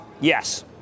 Yes